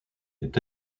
est